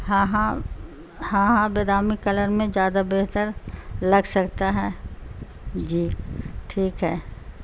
ہاں ہاں ہاں ہاں بادامی کلر میں زیادہ بہتر لگ سکتا ہے جی ٹھیک ہے